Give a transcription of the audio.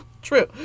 True